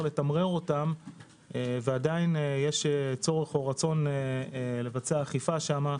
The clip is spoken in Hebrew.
לתמרר אותם ועדיין יש צורך או רצון לבצע אכיפה שם,